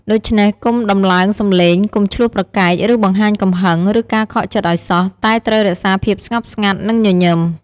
ដូច្នេះ កុំដំឡើងសំឡេង កុំឈ្លោះប្រកែក ឬបង្ហាញកំហឹង ឬការខកចិត្តឱ្យសោះ តែត្រូវរក្សាភាពស្ងប់ស្ងាត់ និងញញឹម។